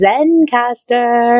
Zencaster